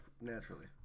naturally